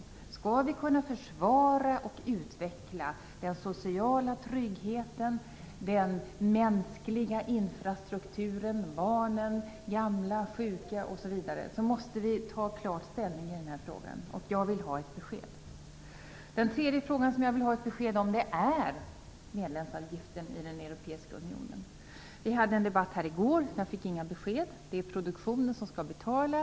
För att vi skall kunna försvara och utveckla den sociala tryggheten, den mänskliga infrastrukturen, för barnen, de gamla, de sjuka, osv., måste vi ta ställning i den här frågan, och jag vill ha ett besked. Den tredje fråga som jag vill ha ett besked om gäller medlemsavgiften i EU. Vi hade en debatt i går, men jag fick då inga besked. Det har sagts att det är produktionen som skall betala.